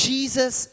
Jesus